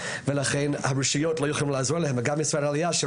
ולכן הרשויות לא יכולות לעזור להם וכך גם משרד העלייה.